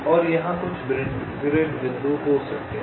और यहां कुछ ग्रिड बिंदु हो सकते हैं